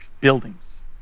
buildings